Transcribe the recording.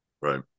Right